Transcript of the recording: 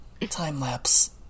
time-lapse